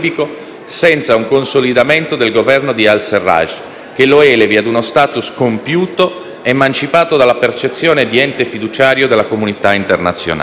senza un consolidamento del Governo di al-Sarraj che lo elevi a uno *status* compiuto, emancipato dalla percezione di ente fiduciario della comunità internazionale.